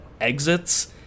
exits